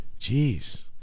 Jeez